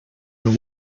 and